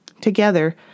together